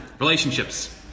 Relationships